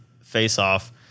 face-off